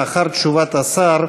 לאחר תשובת השר,